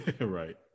right